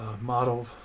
model